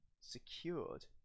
secured